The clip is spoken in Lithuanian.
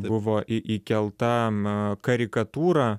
buvo į įkelta m karikatūra